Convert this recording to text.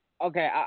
Okay